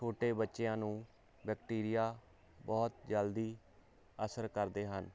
ਛੋਟੇ ਬੱਚਿਆਂ ਨੂੰ ਬੈਕਟੀਰੀਆ ਬਹੁਤ ਜਲਦੀ ਅਸਰ ਕਰਦੇ ਹਨ